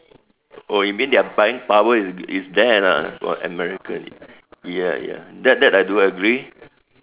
oh you mean their buying power is there lah for American ya ya that that I do agree